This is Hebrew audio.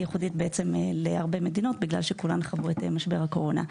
היא ייחודית בהרבה מדינות בגלל שכולן חוו את משבר הקורונה.